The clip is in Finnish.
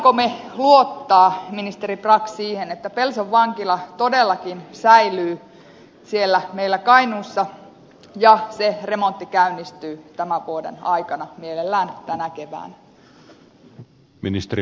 voimmeko me luottaa ministeri brax siihen että pelson vankila todellakin säilyy siellä meillä kainuussa ja se remontti käynnistyy tämän vuoden aikana mielellään tänä keväänä